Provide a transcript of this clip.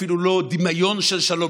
אפילו לא בשביל דמיון של שלום.